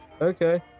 Okay